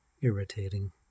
irritating